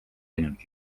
ainult